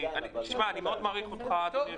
אני מאוד מעריך אותך, אדוני היושב-ראש.